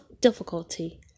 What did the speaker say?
difficulty